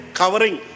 covering